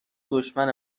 دشمن